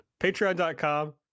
patreon.com